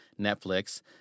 Netflix